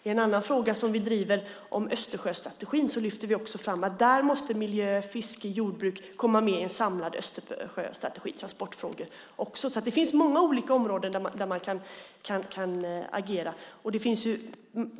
I en annan fråga som vi driver, frågan om Östersjöstrategin, lyfter vi fram att miljö, fiske och jordbruk måste komma med i den samlade Östersjöstrategin liksom transportfrågor. Det finns alltså många olika områden där man kan agera.